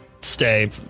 stay